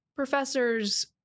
professors